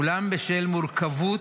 אולם בשל מורכבות